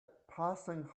passing